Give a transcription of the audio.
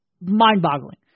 mind-boggling